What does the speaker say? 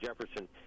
Jefferson